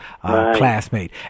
classmate